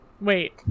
Wait